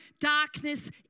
darkness